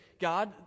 God